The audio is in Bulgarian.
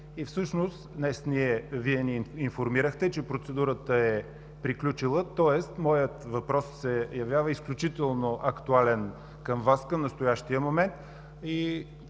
и всъщност днес Вие ни информирахте, че процедурата е приключила, тоест моят въпрос към Вас се явява изключително актуален към настоящия момент.